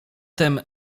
tem